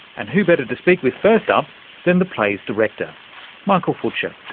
and who better to speak with first up than the play's director michael futcher.